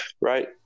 right